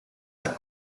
the